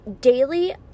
daily